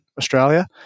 Australia